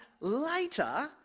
later